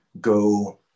go